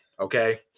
okay